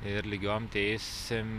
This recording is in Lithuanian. ir lygiom teisėm